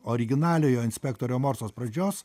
originaliojo inspektorio morsos pradžios